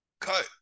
cut